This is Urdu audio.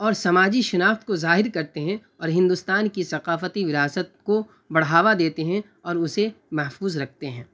اور سماجی شناخت کو ظاہر کرتے ہیں اور ہندوستان کی ثقافتی وراثت کو بڑھاوا دیتے ہیں اور اسے محفوظ رکھتے ہیں